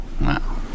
Wow